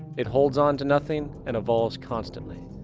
it holds on to nothing and evolves constantly.